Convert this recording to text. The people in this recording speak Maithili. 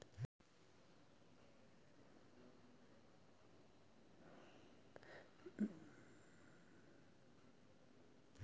नेबो गाछक छाल सॅ प्राप्त सोन सॅ दैनिक उपयोगी वस्तु विदेश मे बनाओल जाइत अछि